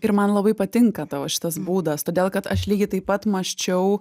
ir man labai patinka tavo šitas būdas todėl kad aš lygiai taip pat mąsčiau